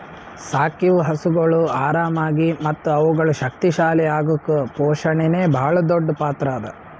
ಸಾಕಿವು ಹಸುಗೊಳ್ ಆರಾಮಾಗಿ ಮತ್ತ ಅವುಗಳು ಶಕ್ತಿ ಶಾಲಿ ಅಗುಕ್ ಪೋಷಣೆನೇ ಭಾಳ್ ದೊಡ್ಡ್ ಪಾತ್ರ ಅದಾ